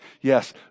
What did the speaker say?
Yes